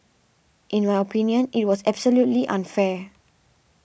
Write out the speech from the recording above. in my opinion it was absolutely unfair